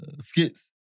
Skits